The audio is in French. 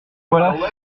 voilà